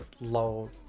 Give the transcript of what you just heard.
low